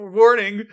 warning